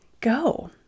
go